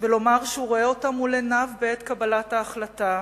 ולומר שהוא רואה אותם מול עיניו בעת קבלת ההחלטה,